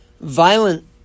violent